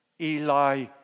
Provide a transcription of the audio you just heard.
Eli